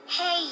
Hey